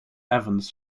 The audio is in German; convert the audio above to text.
evans